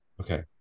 Okay